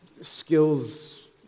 skills